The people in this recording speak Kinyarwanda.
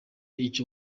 icyo